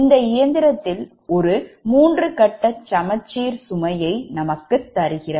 இந்த இயந்திரத்தில் ஒரு மூன்று கட்ட சமச்சீர் சுமையை நமக்கு தருகிறது